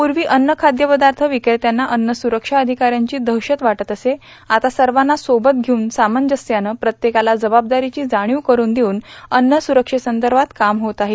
पूर्वी अन्न खाद्य पदार्थ विकेत्यांना अन्न सुरक्षा अधिकाऱ्यांची दहशत वाटत असे आता सर्वाना सोबत घेऊन सामंजस्यानं प्रत्येकाला जबाबदारीची जाणीव करून देऊन अन्न सुरक्षेसंदर्भात काम होत आहे